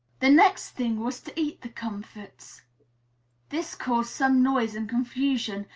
the next thing was to eat the comfits this caused some noise and confusion,